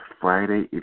Friday